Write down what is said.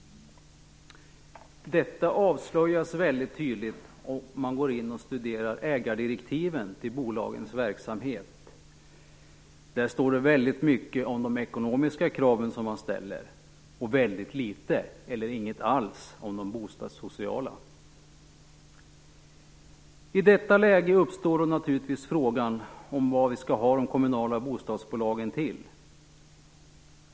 Detta avslöjas väldigt tydligt om man studerar ägardirektiven till bolagens verksamhet. Där står det väldigt mycket om de ekonomiska kraven man ställer och väldigt litet eller inget alls om de bostadssociala. I detta läge uppstår naturligtvis frågan om vad vi skall ha de kommunala bostadsbolagen till.